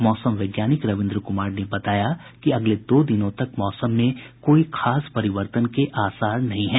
मौसम वैज्ञानिक रविन्द्र कुमार ने बताया कि अगले दो दिनों तक मौसम में कोई खास परिवर्तन के आसार नहीं हैं